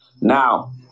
Now